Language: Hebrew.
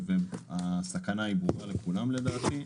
הסכנה ברורה לכולם, לדעתי.